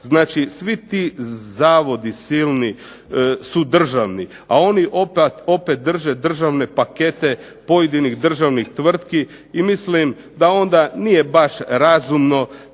Znači, svi ti zavodi silni su državni, a oni opet drže državne pakete pojedinih državnih tvrtki i mislim da onda nije baš razumno